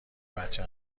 بچه